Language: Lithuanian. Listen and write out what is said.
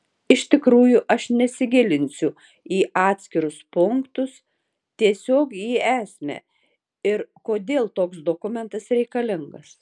iš tikrųjų aš nesigilinsiu į atskirus punktus tiesiog į esmę ir kodėl toks dokumentas reikalingas